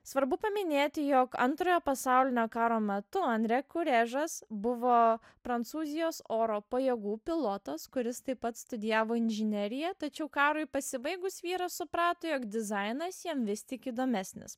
svarbu paminėti jog antrojo pasaulinio karo metu andre kurežas buvo prancūzijos oro pajėgų pilotas kuris taip pat studijavo inžineriją tačiau karui pasibaigus vyras suprato jog dizainas jam vis tik įdomesnis